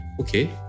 okay